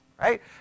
right